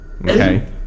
okay